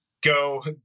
go